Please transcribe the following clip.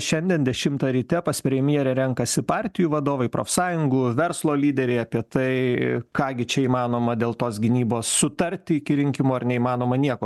šiandien dešimtą ryte pas premjerę renkasi partijų vadovai profsąjungų verslo lyderiai apie tai ką gi čia įmanoma dėl tos gynybos sutarti iki rinkimų ar neįmanoma nieko